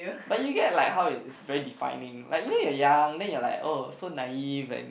but you get like how it's very defining like you know you're young then you're like oh so naive and